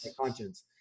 conscience